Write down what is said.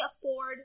afford